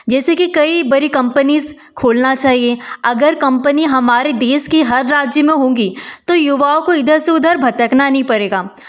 जैसे की कई बड़ी कम्पनीज़ खोलना चाहिए अगर कम्पनी हमारे देश के हर राज्य में होगी तो युवाओं को इधर से उधर भटकना नहीं पड़ेगा